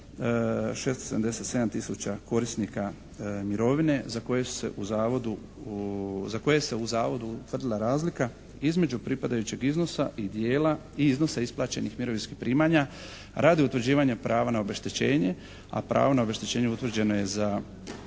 za koje su se u zavodu, za koje se u zavodu utvrdila razlika između pripadajućeg iznosa i dijela i iznosa isplaćenih mirovinskih primanja radi utvrđivanja prava na obeštećenje, a pravo na obeštećenje utvrđeno je za